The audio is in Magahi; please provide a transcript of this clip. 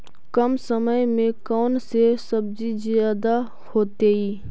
कम समय में कौन से सब्जी ज्यादा होतेई?